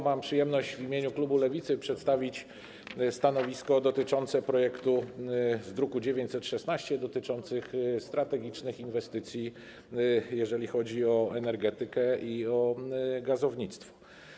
Mam przyjemność w imieniu klubu Lewicy przedstawić stanowisko wobec projektu ustawy z druku nr 916 dotyczącego strategicznych inwestycji, jeżeli chodzi o energetykę i gazownictwo.